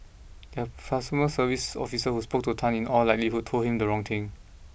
their customer service officer who spoke to Tan in all likelihood told him the wrong thing